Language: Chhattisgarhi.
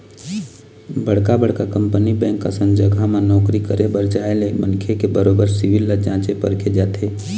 बड़का बड़का कंपनी बेंक असन जघा म नौकरी करे बर जाय ले मनखे के बरोबर सिविल ल जाँचे परखे जाथे